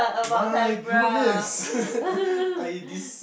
my goodness I this